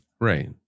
Right